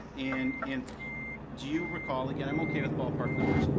and and do you recall again, i'm okay with ballpark numbers,